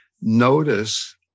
notice